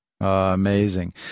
Amazing